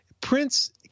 Prince